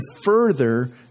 further